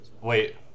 Wait